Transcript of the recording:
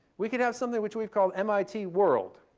we could have something which we've called mit world.